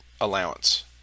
allowance